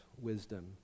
wisdom